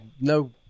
no